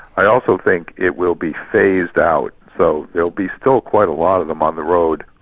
i also think it will be phased out, so there'll be still quite a lot of them on the road,